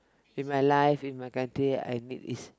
in my life in my country I make peace